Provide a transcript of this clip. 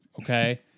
okay